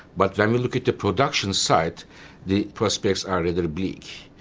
but when we look at the production side the prospects are a little bleak.